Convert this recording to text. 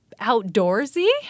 outdoorsy